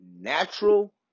natural